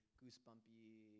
goosebumpy